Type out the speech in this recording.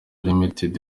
ltd